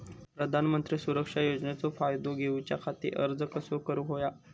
प्रधानमंत्री सुरक्षा योजनेचो फायदो घेऊच्या खाती अर्ज कसो भरुक होयो?